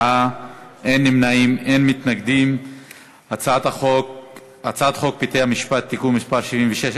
ההצעה להעביר את הצעת חוק בתי-המשפט (תיקון מס' 76)